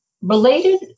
related